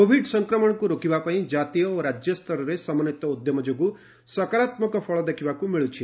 Covid ସଂକ୍ରମଣକୁ ରୋକିବା ପାଇଁ ଜାତୀୟ ଓ ରାଜ୍ୟସ୍ତରରେ ସମନ୍ଧିତ ଉଦ୍ୟମ ଯୋଗୁଁ ସକାରାତ୍ମକ ଫଳ ଦେଖିବାକୁ ମିଳୁଛି